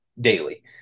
daily